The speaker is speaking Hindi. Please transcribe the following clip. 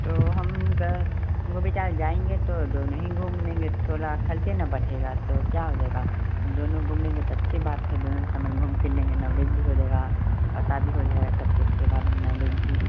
तो हम ग हमको विचार है जाएँगे तो दोनों ही घूम लेंगे थोड़ा ख़र्च ना बढ़ेगा तो क्या हो जाएगा दोनों घूम लेंगे तो अच्छी बात है दोनों समन घूम फिर लेंगे नॉलेज भी हो जाएगा पता भी हो जाएगा सब कुछ के बारे में नॉलेज भी